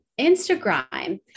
instagram